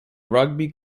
rugby